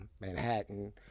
Manhattan